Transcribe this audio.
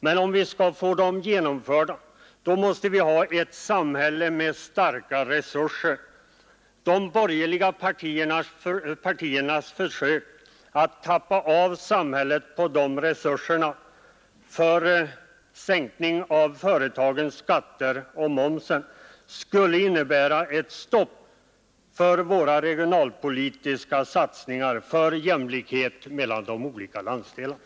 Men om vi skall få dem genomförda måste vi ha ett samhälle med starka resurser. De borgerliga partiernas försök att tappa av samhället på de resurserna för sänkning av företagens skatter och av momsen skulle innebära ett stopp för våra regionalpolitiska satsningar för jämlikhet mellan de olika landsdelarna.